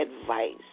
advice